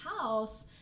house